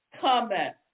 comment